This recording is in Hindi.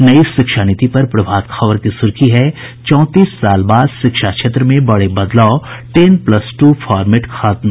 नई शिक्षा नीति पर प्रभात खबर की सुर्खी है चौंतीस साल बाद शिक्षा क्षेत्र में बड़े बदलाव टेन प्लस टू फॉर्मेट खत्म